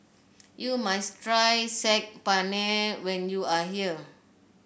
you must try Saag Paneer when you are here